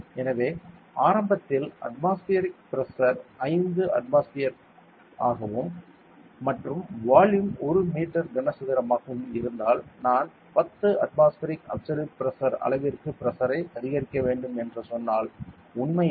எனவே ஆரம்பத்தில் atmospheric pressure 5 atmosphere ஆகவும் மற்றும் வால்யூம் 1 மீட்டர் கனசதுரமாகவும் இருந்தால் நான் 10 அட்மாஸ்பியர் அப்சல்யூட் பிரஷர் அளவிற்கு பிரஷரை அதிகரிக்க வேண்டும் என்று சொன்னால் உண்மையில் வால்யூம் 0